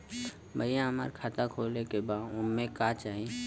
भईया हमार खाता खोले के बा ओमे का चाही?